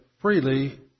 freely